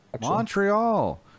montreal